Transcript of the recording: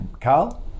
Carl